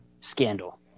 scandal